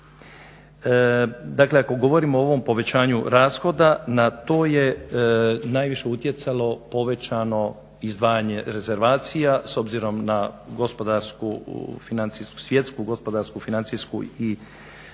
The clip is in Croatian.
Dakle ako govorimo o ovom povećanju rashoda na to je najviše utjecalo povećano izdvajanje rezervacija s obzirom na svjetsku gospodarsku financijsku krizu